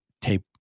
tape